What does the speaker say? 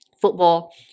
football